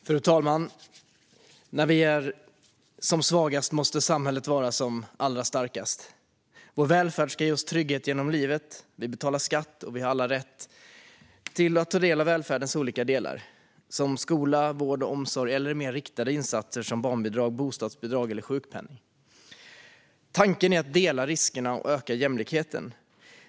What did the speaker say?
Fru talman! När vi är som svagast måste samhället vara som allra starkast. Vår välfärd ska ge oss trygghet genom livet. Vi betalar skatt, och vi har alla rätt att ta del av välfärdens olika delar som skola, vård och omsorg eller mer riktade insatser som barnbidrag, bostadsbidrag och sjukpenning. Tanken är att dela riskerna och öka jämlikheten.